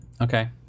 okay